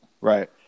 Right